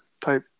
type